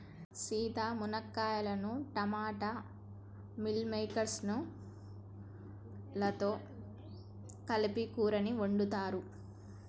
సీత మునక్కాయలను టమోటా మిల్ మిల్లిమేకేర్స్ లతో కలిపి కూరని వండుతారు